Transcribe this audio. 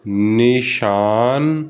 ਨਿਸ਼ਾਨ